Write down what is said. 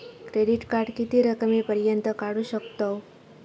Credit card किती रकमेपर्यंत काढू शकतव?